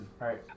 Right